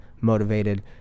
motivated